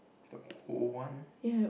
the old one